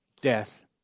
death